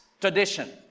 tradition